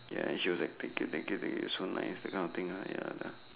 ya she was like thank you thank you thank you so nice that kind of thing right ya ya